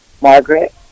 Margaret